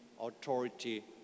Authority